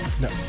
No